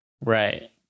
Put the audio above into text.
Right